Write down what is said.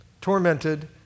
Tormented